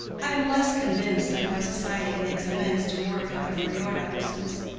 i am less convinced that my society makes amends to mordecai for your absence,